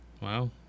Wow